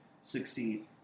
succeed